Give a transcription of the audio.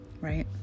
right